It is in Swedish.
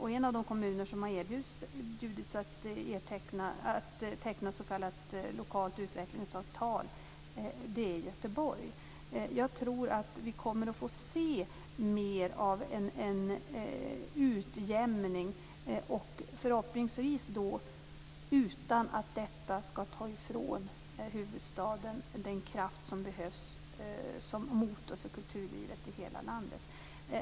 En av de kommuner som har erbjudits att teckna s.k. lokalt utvecklingsavtal är Göteborg. Jag tror att vi kommer att få se mer av en utjämning, förhoppningsvis utan att detta skall ta ifrån huvudstaden den kraft som behövs som motor för kulturlivet i hela landet.